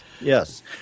Yes